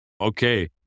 Okay